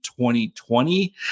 2020